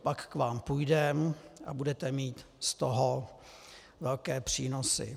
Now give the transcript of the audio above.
pak k vám půjdeme, budete mít z toho velké přínosy.